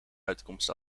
uitkomst